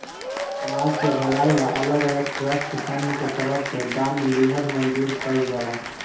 समाज के भलाई ला अलग अलग ट्रस्टसन के तरफ से दान लिहल मंजूर कइल जाला